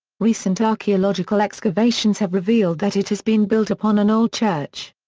recent archaeological excavations have revealed that it has been built upon an old church.